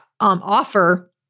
offer